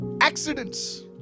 Accidents